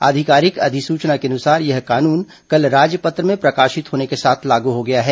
आधिकारिक अधिसूचना के अनुसार यह कानून कल राजपत्र में प्रकाशित होने के साथ लागू हो गया है